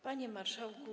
Panie Marszałku!